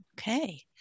Okay